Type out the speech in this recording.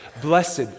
Blessed